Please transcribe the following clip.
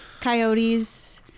coyotes